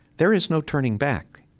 there is no turning back.